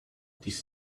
this